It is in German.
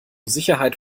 sicherheit